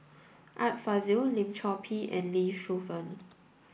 Art Fazil Lim Chor Pee and Lee Shu Fen